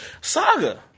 Saga